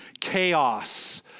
chaos